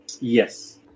Yes